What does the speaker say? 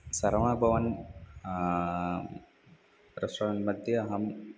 सरवणभवन् रेस्टोरेण्ट्मध्ये अहम्